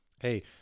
hey